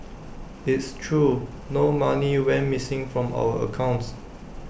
it's true no money went missing from our accounts